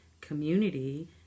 community